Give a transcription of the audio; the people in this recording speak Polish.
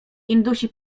indusi